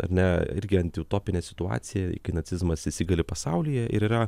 ar ne irgi antiutopinė situacija iki nacizmas įsigali pasaulyje ir yra